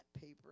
paper